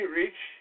reach